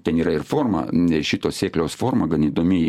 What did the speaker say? ten yra ir forma šito sėkliaus forma gan įdomi